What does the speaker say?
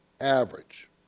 Average